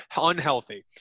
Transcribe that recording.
Unhealthy